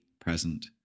present